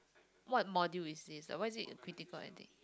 what module is this why is it critical writing